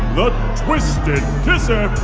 the twisted kisser.